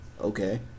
Okay